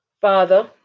father